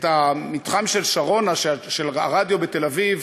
את מתחם שרונה של הרדיו בתל-אביב,